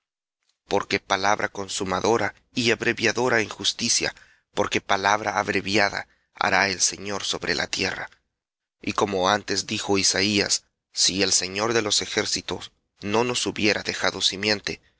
salvas porque palabra consumadora y abreviadora en justicia porque palabra abreviada hará el señor sobre la tierra y como antes dijo isaías si el señor de los ejércitos no nos hubiera dejado simiente